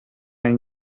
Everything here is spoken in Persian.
این